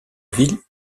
ville